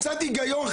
קצת היגיון.